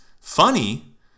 funny